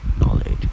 knowledge